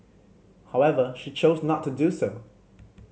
however she chose not to do so